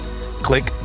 click